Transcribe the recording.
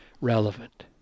relevant